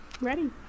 Ready